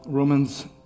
Romans